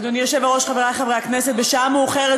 הסתייגות